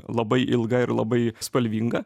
labai ilga ir labai spalvinga